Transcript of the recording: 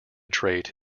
trait